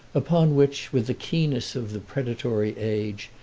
upon which, with the keenness of the predatory age,